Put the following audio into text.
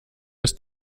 ist